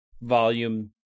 volume